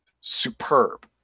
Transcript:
superb